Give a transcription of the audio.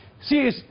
See